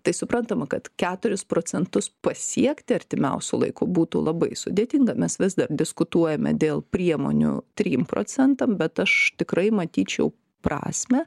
tai suprantama kad keturis procentus pasiekti artimiausiu laiku būtų labai sudėtinga mes vis dar diskutuojame dėl priemonių trim procentam bet aš tikrai matyčiau prasmę